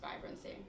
vibrancy